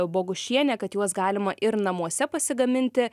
bogušienė kad juos galima ir namuose pasigaminti